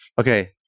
Okay